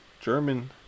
German